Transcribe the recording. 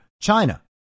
China